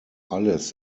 alles